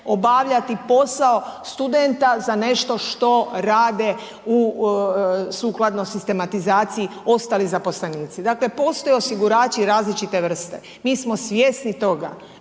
obavljati posao studenta za nešto što rade u, sukladno sistematizaciji ostali zaposlenici. Dakle, postoje osigurači različite vrste. Mi smo svjesni toga,